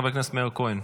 חבר הכנסת מאיר כהן,